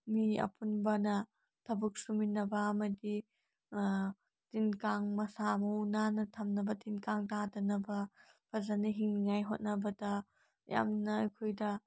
ꯃꯤ ꯑꯄꯨꯟꯕꯅ ꯊꯕꯛ ꯁꯨꯃꯤꯟꯅꯕ ꯑꯃꯗꯤ ꯇꯤꯟ ꯀꯥꯡ ꯃꯁꯥ ꯃꯎ ꯅꯥꯟꯅ ꯊꯝꯅꯕ ꯇꯤꯟꯀꯥꯡ ꯇꯥꯗꯅꯕ ꯐꯖꯅ ꯍꯤꯡꯅꯤꯡꯉꯥꯏ ꯍꯣꯠꯅꯕꯗ ꯌꯥꯝꯅ ꯑꯩꯈꯣꯏꯗ